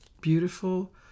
beautiful